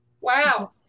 Wow